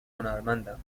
هنرمندم